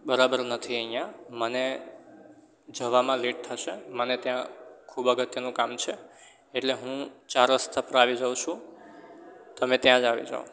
બરાબર નથી અહીંયા મને જવામાં લેટ થશે મને ત્યાં ખૂબ અગત્યનું કામ છે એટલે હું ચાર રસ્તા પર આવી જાઉં છું તમે ત્યાં જ આવી જાઓ